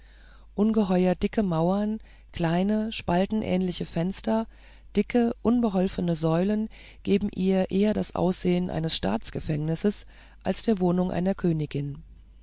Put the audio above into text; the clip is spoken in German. ungeheuer dicke mauern kleine spaltenähnliche fenster dicke unbeholfene säulen geben ihr eher das ansehen eines staatsgefängnisses als der wohnung einer königin